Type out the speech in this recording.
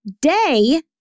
day